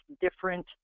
different